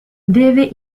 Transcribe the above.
deve